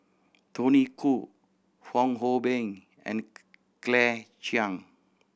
Tony Khoo Fong Hoe Beng and Claire Chiang